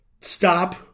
Stop